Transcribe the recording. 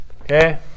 okay